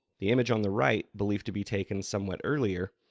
the image on the right, believed to be taken somewhat earlier,